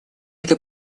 этой